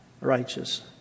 righteous